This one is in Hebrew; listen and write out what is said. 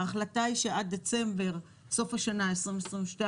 ההחלטה היא שעד דצמבר, סוף השנה 2021,